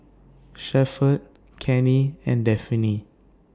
Shepherd Cannie and Daphne